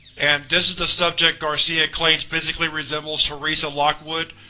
and this is the subject garcia claims physically resembles teresa lockwood,